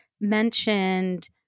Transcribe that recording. mentioned